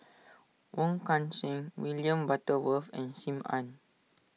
Wong Kan Seng William Butterworth and Sim Ann